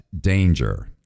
Danger